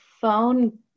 phone